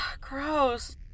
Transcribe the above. gross